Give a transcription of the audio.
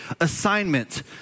assignment